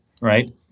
right